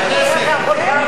זו הסתייגות נגד הכנסת.